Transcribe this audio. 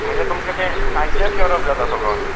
म्हणजे तुमचें तें सांचेच करप जाता थंय